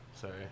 Sorry